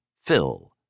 fill